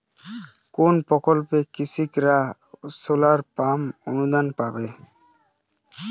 কোন প্রকল্পে কৃষকরা সোলার পাম্প অনুদান পাবে?